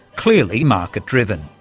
clearly market-driven.